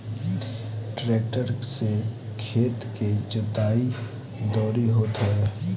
tractor से खेत के जोताई, दवरी होत हवे